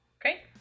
Okay